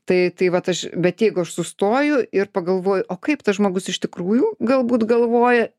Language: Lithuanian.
tai tai vat aš bet jeigu aš sustoju ir pagalvoju o kaip tas žmogus iš tikrųjų galbūt galvoja